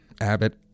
Abbott